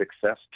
success